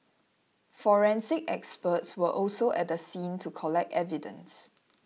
forensic experts were also at the scene to collect evidence